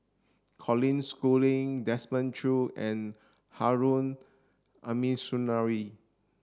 Colin Schooling Desmond Choo and Harun Aminurrashid